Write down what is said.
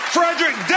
Frederick